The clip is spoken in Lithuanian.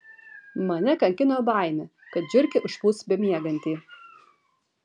mane kankino baimė kad žiurkė užpuls bemiegantį